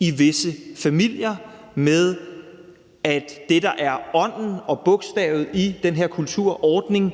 i visse familier med, at det, der er ånden og bogstavet i den her kulturordning,